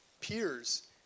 Peers